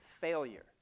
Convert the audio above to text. failure